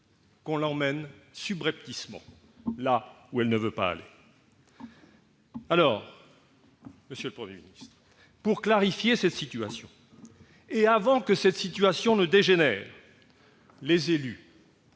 qu'on l'emmène subrepticement là où elle ne veut pas aller. Monsieur le Premier ministre, pour clarifier cette situation et avant qu'elle ne dégénère, les élus